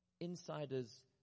Insiders